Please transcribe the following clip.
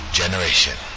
generation